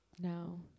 No